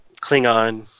Klingon